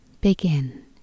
Begin